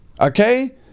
okay